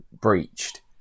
breached